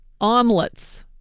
Omelets